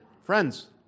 Friends